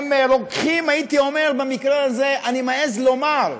הם רוקחים, הייתי אומר, במקרה הזה, אני מעז לומר,